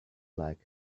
like